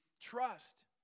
trust